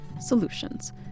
solutions